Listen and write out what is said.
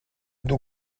dur